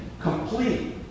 complete